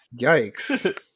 Yikes